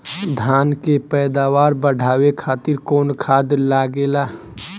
धान के पैदावार बढ़ावे खातिर कौन खाद लागेला?